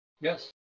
Yes